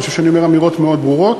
אני חושב שאני אומר אמירות מאוד ברורות.